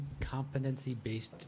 competency-based